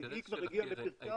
היא כבר הגיעה לפרקה.